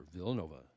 Villanova